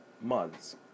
months